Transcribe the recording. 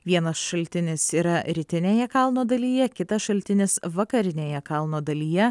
vienas šaltinis yra rytinėje kalno dalyje kitas šaltinis vakarinėje kalno dalyje